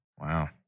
Wow